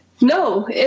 No